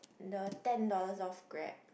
the ten dollars off Grab